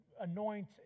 anoint